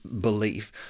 belief